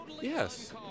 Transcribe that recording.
Yes